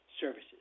services